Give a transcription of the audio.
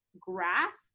grasp